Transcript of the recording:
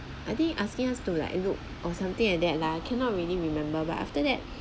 I think asking us to like look or something like that lah cannot really remember but after that